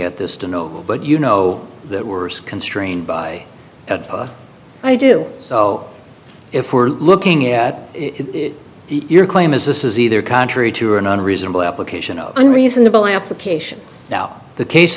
at this to know but you know that were constrained by a i do so if we're looking at the your claim is this is either contrary to or an unreasonable application of unreasonable application now the case